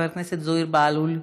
חבר הכנסת זוהיר בהלול,